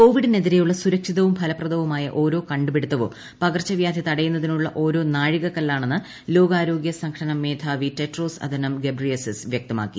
കോവിഡിനെതിരെയുള്ള സുരക്ഷിതവും ഫലപ്രദവുമായ ഓരോ കണ്ടുപിടിത്തവും പകർച്ചവ്യാധി തടയുന്നതിനുള്ള ഓരോ നാഴികക്കല്ലാണെന്ന് ലോകാരോഗ്യ സംഘടനാ മേധാവി ടെഡ്രോസ് അഥനോം ഗബ്രിയേസസ് വൃക്തമാക്കി